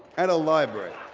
at a library.